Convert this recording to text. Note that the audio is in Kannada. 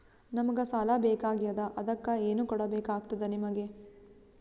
ನಮಗ ಸಾಲ ಬೇಕಾಗ್ಯದ ಅದಕ್ಕ ಏನು ಕೊಡಬೇಕಾಗ್ತದ ನಿಮಗೆ?